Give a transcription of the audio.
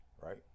right